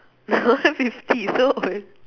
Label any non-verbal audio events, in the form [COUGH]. [LAUGHS] not fifty so old